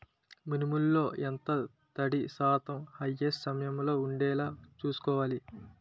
మినుములు లో ఎంత తడి శాతం హార్వెస్ట్ సమయంలో వుండేలా చుస్కోవాలి?